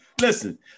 Listen